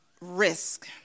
risk